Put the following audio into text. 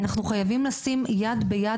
אנחנו חייבים לשים יד ביד,